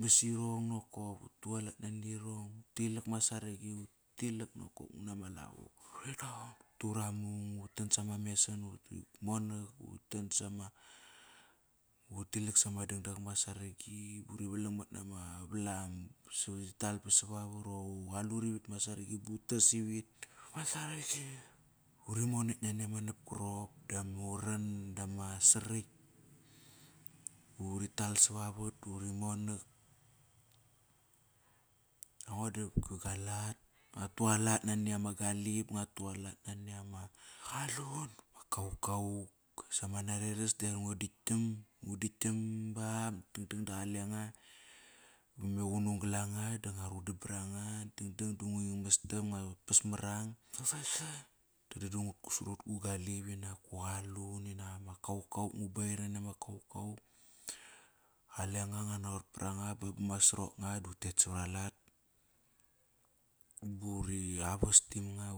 mas irong nokop, utualat nari rong uTIlak mat saragi, utilak nokop nguna ma lavo uri raon. Turamung, utan sama mesan, uri monak utan sama. Utilak sama dangdang vama saragi, ba uri valang mat nama valam sa uri tal ba savavat. Qalut ivit mat saragi ba utas ivit ma saragi, uri monekt nani ama nap karop dama uran, dama sarakt, uri tal savavat ba uri monak. Aingo doqoki gua lat, ngu tualat nani ama galip, ngua tualat nani ama qalun, ma kaukau. Sama nareras da ngu da ktgiam ngu da ktgiam ba dangdang da qalenga. Veme qunung go langa da ngua rudam baranga. Dangdang Pas morang ba vasat, dangdang, da ngu kut sra gu galip, inak gu qulun, inak ama kaukau, ngu bair nani ama kaukau. Qaleng, nguat naqot paranga bama sroknga da utet savara lat ba uri havestim nga.